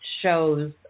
shows